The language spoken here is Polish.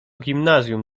gimnazjum